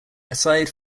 aside